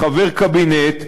כחבר קבינט,